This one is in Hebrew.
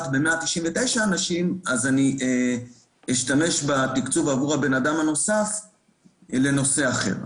ב-199 אנשים אני אשתמש בתקצוב עבור האדם הנוסף לנושא אחר.